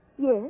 Yes